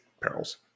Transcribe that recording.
perils